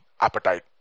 appetite